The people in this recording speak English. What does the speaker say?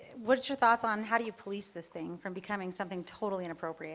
what's your thoughts on how do you police this thing from becoming something totally inappropriate